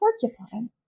porcupine